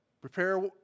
prepare